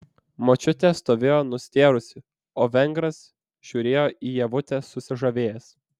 močiutė stovėjo nustėrusi o vengras žiūrėjo į ievutę susižavėjęs